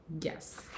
Yes